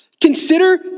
consider